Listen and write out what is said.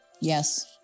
Yes